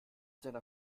seiner